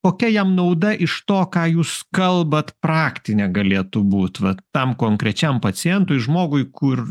kokia jam nauda iš to ką jūs kalbat praktinė galėtų būt vat tam konkrečiam pacientui žmogui kur